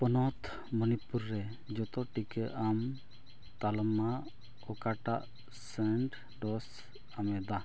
ᱯᱚᱱᱚᱛ ᱢᱚᱱᱤᱯᱩᱨ ᱨᱮ ᱡᱚᱛᱚ ᱴᱤᱠᱟᱹ ᱟᱢ ᱛᱟᱞᱢᱟ ᱚᱠᱟᱴᱟᱜ ᱥᱮᱠᱮᱱᱰ ᱰᱳᱡᱽ ᱮᱢᱮᱫᱟ